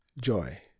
joy